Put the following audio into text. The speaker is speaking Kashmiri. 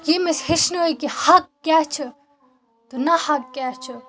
ییٚمۍ أسۍ ہٮ۪چھنٲے کہ حق کیٛاہ چھِ تہٕ نا حق کیٛاہ چھِ